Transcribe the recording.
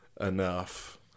enough